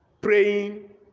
Praying